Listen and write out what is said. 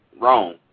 wrong